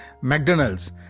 McDonald's